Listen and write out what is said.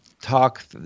talk